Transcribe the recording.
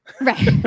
right